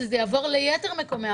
שזה יעבור ליתר המקומות?